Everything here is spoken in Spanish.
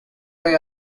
rey